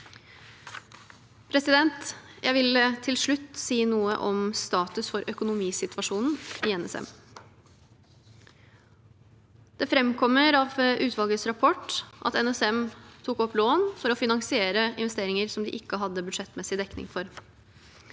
utvikling. Jeg vil til slutt si noe om status for økonomisituasjonen i NSM. Det framkommer av utvalgets rapport at NSM tok opp lån for å finansiere investeringer som de ikke hadde budsjettmessig dekning for.